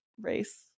race